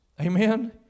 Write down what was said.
Amen